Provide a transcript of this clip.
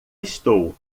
estou